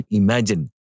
imagine